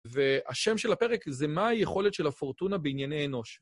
והשם של הפרק זה מה היכולת של הפורטונה בענייני אנוש.